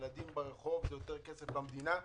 ילדים ברחוב זה יותר כסף למדינה.